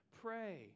Pray